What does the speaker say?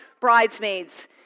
bridesmaids